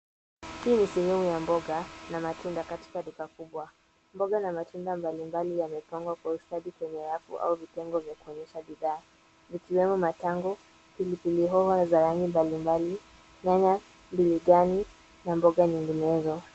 Hii ni sehemu ya mboga na matunda katika duka kubwa. Mboga na matunda mbalimbali yamepangwa kwa ustadi kwenye rafu au vitengo vya kuonyesha bidhaa vikiwemo matango, pilipili hoho za aina mbalimbali, nyanya, biringanya na mboga nyinginezo.